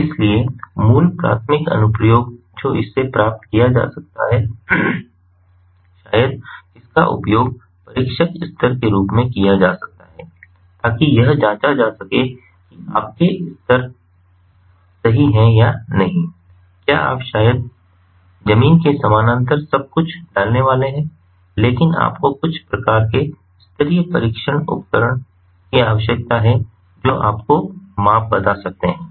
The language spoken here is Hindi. इसलिए मूल प्राथमिक अनुप्रयोग जो इससे प्राप्त किया जा सकता है शायद इसका उपयोग परीक्षक स्तर के रूप में किया जा सकता है ताकि यह जांचा जा सके कि आपके स्तर सही हैं या नहीं क्या आप शायद जमीन के समानांतर सब कुछ डालने वाले हैं लेकिन आपको कुछ प्रकार के स्तरीय परीक्षण उपकरण कि आवश्यकता है जो आपको माप बता सकते हैं